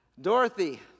Dorothy